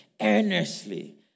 Earnestly